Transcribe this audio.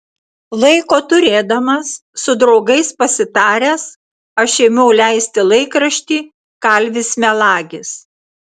laiko turėdamas su draugais pasitaręs aš ėmiau leisti laikraštį kalvis melagis